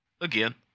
again